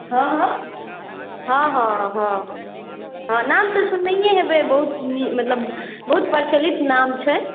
हँ हँ हँ हँ हँ नाम तऽ सुननैए हेबै बहुत नीक मतलब बहुत प्रचलित नाम छै